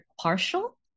partial